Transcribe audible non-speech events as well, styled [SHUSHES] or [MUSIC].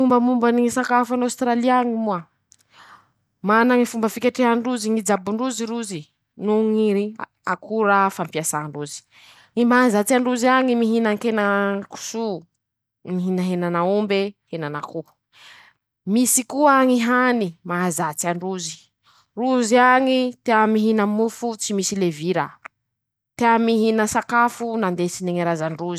Mombamombany ñy sakafo [SHUSHES] an'Aostraly añy moa: -Mana ñy fomba fiketrehan-drozy ñy jabon-drozy rozy ,noho ñy ri akora fampiasan-drozy ,ñy mahazatsy an-drozy añy mihinan-kenan-koso ,mihina henan'aombe ,henan'akoho [SHUSHES] ;misy koa ñy hany ,mahazatsy an-drozy, [SHUSHES] rozy añy tea mihina mofo tsy misy levira ,tea mihina sakafo nandesiny ñy razan-drozy.